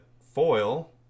foil